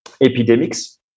epidemics